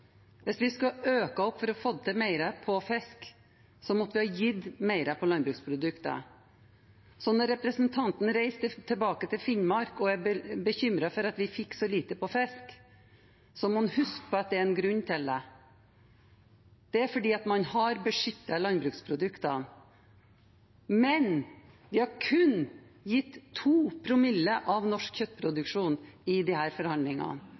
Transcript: Så når representanten reiser tilbake til Finnmark og er bekymret for at vi fikk til for lite på fisk, må han huske at det er en grunn til det. Det er fordi man har beskyttet landbruksproduktene. Men vi har kun gitt 2 promille av norsk kjøttproduksjon i disse forhandlingene.